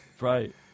Right